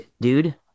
Dude